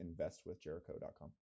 investwithjericho.com